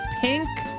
pink